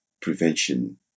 prevention